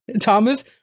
Thomas